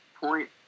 point